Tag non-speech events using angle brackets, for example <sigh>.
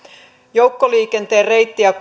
joukkoliikenteen reitti ja <unintelligible>